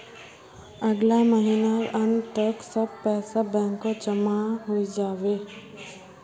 अगला महीनार अंत तक सब पैसा बैंकत जमा हइ जा बे